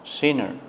sinner